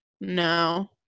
No